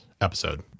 episode